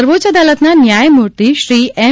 સર્વોચ્ય અદાલતના ન્યાયમુર્તિ શ્રી એમ